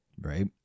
Right